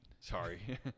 Sorry